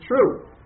true